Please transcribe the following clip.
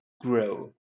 grow